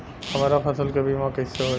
हमरा फसल के बीमा कैसे होई?